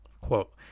Quote